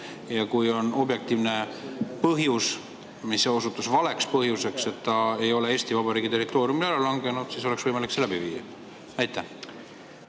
Kui on objektiivne põhjus – mis osutus valeks põhjuseks –, et ta ei ole Eesti Vabariigi territooriumil, ära langenud, siis oleks võimalik see läbi viia. Aitäh,